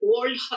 World